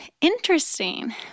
interesting